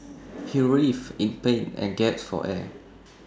he writhed in pain and gasped for air